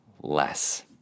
less